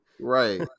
Right